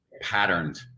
patterned